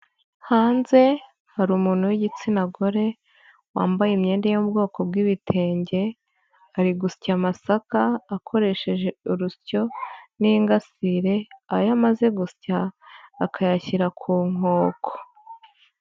Hanze hari umuntu w'igitsina gore wambaye imyenda yo mu bwoko bw'ibitenge ari gusya amasaka akoresheje urusyo n'ingasire ayo amaze gusya akayashyira ku nkoko.